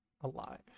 alive